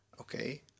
okay